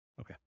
Okay